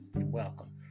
welcome